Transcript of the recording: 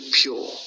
pure